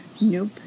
Nope